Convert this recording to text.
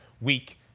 week